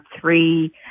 three